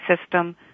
system